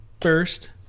first